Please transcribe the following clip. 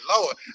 Lord